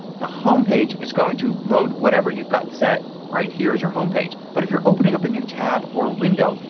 the home page is going to load whatever you've got set right here as your home page. but if you're opening up a new tab or window,